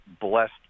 blessed